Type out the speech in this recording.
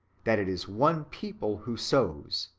that it is one people' who sows,